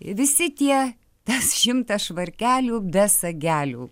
visi tie tas šimtas švarkelių be sagelių